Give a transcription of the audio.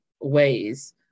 ways